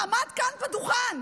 עמד כאן בדוכן,